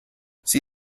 sie